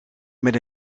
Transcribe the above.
met